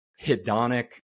hedonic